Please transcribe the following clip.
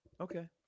Okay